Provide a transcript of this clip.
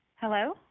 Hello